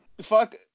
Fuck